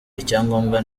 icyangombwa